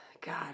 God